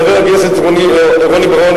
חבר הכנסת רוני בר-און,